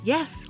Yes